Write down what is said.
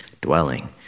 dwelling